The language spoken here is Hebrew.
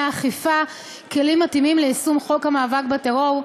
האכיפה כלים מתאימים ליישום חוק המאבק בטרור,